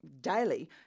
daily